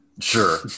Sure